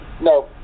No